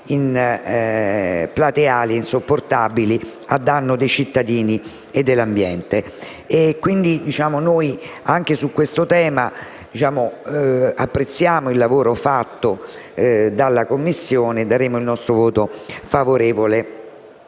plateali e insopportabili, a danno dei cittadini e dell'ambiente. Anche su questo tema noi apprezziamo il lavoro fatto dalla Commissione e daremo il nostro voto favorevole